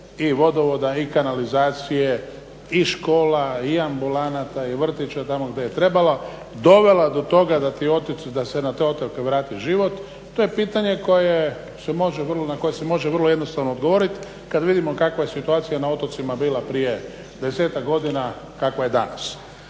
i vodovoda i kanalizacije i škola i ambulanata i vrtića tamo gdje je trebalo dovela do toga da se na te otoke vrati život? To je pitanje na koje se može vrlo jednostavno odgovoriti, kada vidimo kakva je situacija na otocima bila prije desetak godina kakva je danas.